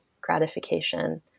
gratification